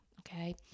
Okay